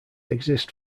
exist